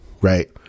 Right